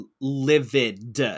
livid